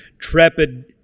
trepid